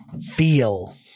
feel